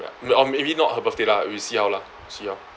or maybe not her birthday lah we see how lah see how